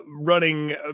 running